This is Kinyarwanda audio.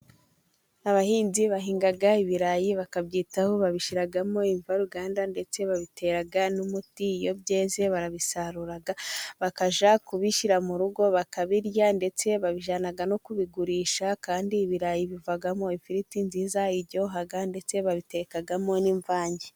Abahinzi bahinga ibirayi bakabyitaho babishyiramo imvaruganda ndetse babitera n'umuti, iyo byeze barabisarura bakajya kubishyira mu rugo bakabirya, ndetse babijyana no kubigurisha kandi ibirayi bivamo ifiriti nziza iryoha, ndetse babitekamo n'imvange.